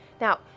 Now